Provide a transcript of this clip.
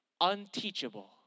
unteachable